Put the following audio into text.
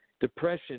Depression